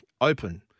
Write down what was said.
open